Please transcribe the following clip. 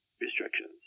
restrictions